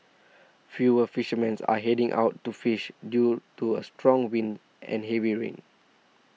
fewer fishermens are heading out to fish due to strong winds and heavy rain